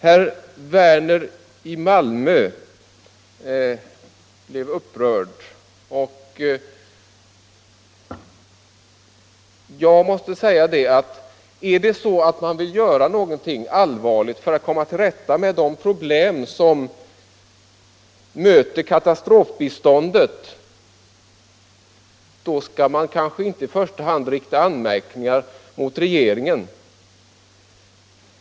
Herr Werner i Malmö blev upprörd, men jag måste säga att man kommer inte till rätta med de problem som möter katastrofbiståndet genom att rikta konstitutionell kritik mot regeringen.